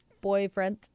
boyfriend